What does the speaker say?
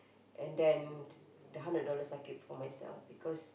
and then the hundred dollars I keep for myself because